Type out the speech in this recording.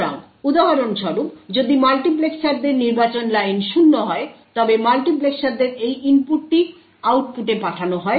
সুতরাং উদাহরণস্বরূপ যদি মাল্টিপ্লেক্সারদের নির্বাচন লাইন 0 হয় তবে মাল্টিপ্লেক্সারদের এই ইনপুটটি আউটপুটে পাঠানো হয়